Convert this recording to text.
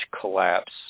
collapse